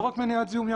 לא רק מניעת זיהום ים.